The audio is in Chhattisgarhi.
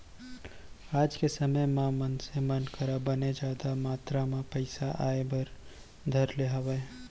आज के समे म मनसे मन करा बने जादा मातरा म पइसा आय बर धर ले हावय